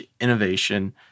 innovation